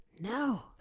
No